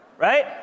Right